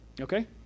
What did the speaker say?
Okay